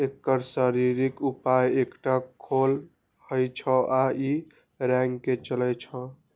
एकर शरीरक ऊपर एकटा खोल होइ छै आ ई रेंग के चलै छै